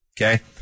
okay